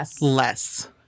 less